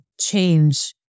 change